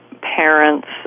parents